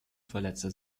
verletzte